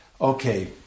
Okay